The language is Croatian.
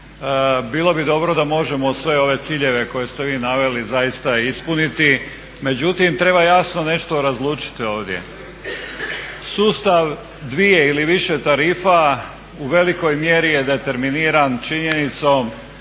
Bilo bi dobro da možemo sve ove ciljeve koje ste vi naveli zaista i ispuniti. Međutim treba jasno razlučiti ovdje, sustav dvije ili više tarifa u velikoj mjeri je determiniran činjenicom